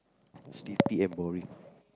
sleepy and boring